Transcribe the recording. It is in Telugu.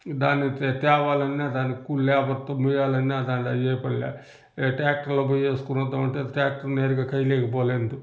దాన్ని తె తేవాలన్నా దాన్ని దన్నా అయ్యేపని లే ట్యాక్టర్లో పోయి వేసుకోనొద్దామంటే ట్యాక్టర్ నేరుగా కైలోకి పోలేదు